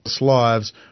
lives